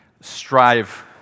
strive